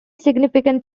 significant